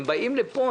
הם באים לפה,